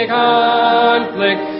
conflict